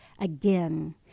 again